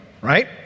right